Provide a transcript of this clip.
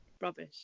Rubbish